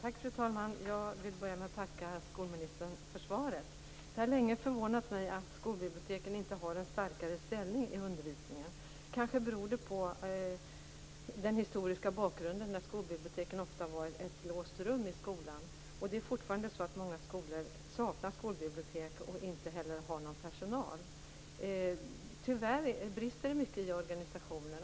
Fru talman! Jag vill börja med att tacka skolministern för svaret. Det har länge förvånat mig att skolbiblioteken inte har en starkare ställning i undervisningen. Kanske beror det på den historiska bakgrunden där skolbiblioteket ofta var ett låst rum i skolan. Det är fortfarande så att många skolor saknar skolbibliotek och heller inte har någon personal för det. Tyvärr brister det mycket i organisationen.